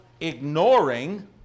ignoring